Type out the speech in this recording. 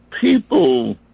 people